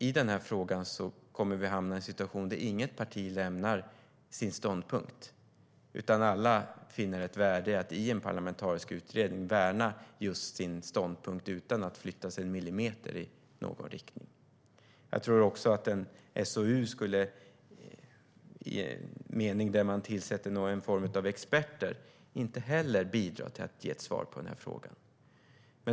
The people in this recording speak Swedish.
I den här frågan tror jag att vi skulle hamna i en situation där inget parti lämnar sin ståndpunkt utan där alla finner ett värde i att i en parlamentarisk utredning värna just sin ståndpunkt utan att flytta sig en millimeter i någon riktning. Jag tror inte heller att en SOU, i den meningen att man tillsätter någon form av experter, skulle bidra till att ge ett svar på den här frågan.